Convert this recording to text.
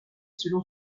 selon